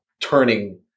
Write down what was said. turning